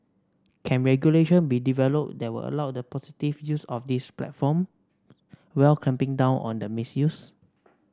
can regulation be developed that will allow the positive use of these platform while clamping down on the misuse